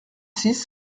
six